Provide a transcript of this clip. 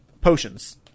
potions